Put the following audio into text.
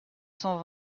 cent